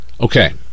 Okay